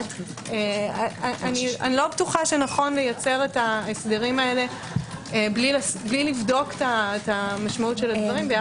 אני לא בטוחה שנכון לייצר את ההסדרים האלה בלי לבדוק את משמעות הדברים.